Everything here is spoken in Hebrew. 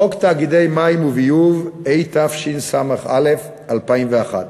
חוק תאגידי מים וביוב, התשס"א 2001,